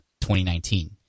2019